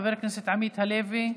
חבר הכנסת עמית הלוי,